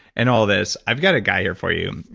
and all this, i've got a guy here for you.